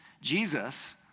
Jesus